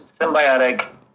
symbiotic